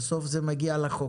בסוף זה מגיע לחוק.